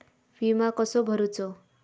विमा कसो भरूचो?